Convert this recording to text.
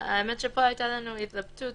(ה)דיון בוועדה לעיון בעונש המתקיים בהשתתפות